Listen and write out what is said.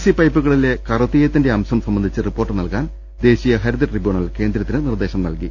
PVC പൈപ്പുകളിലെ കറുത്തീയത്തിന്റെ അംശം സംബന്ധിച്ച് റിപ്പോർട്ട് നൽകാൻ ദേശീയ ഹരിത ട്രിബ്യൂണൽ കേന്ദ്രത്തിന് നിർദേശം നൽകി